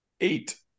Eight